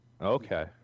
Okay